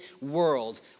world